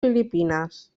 filipines